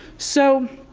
so,